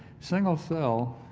single cell